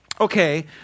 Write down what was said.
okay